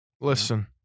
Listen